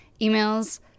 emails